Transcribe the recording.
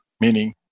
meaning